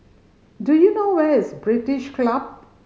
do you know where is British Club